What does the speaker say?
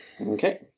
Okay